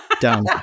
Done